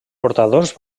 portadors